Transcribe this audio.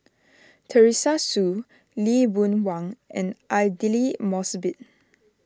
Teresa Hsu Lee Boon Wang and Aidli Mosbit